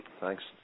Thanks